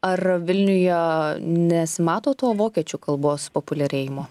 ar vilniuje nesimato to vokiečių kalbos populiarėjimo